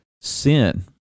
sin